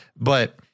but-